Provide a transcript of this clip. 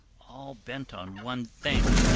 all bent on one thing,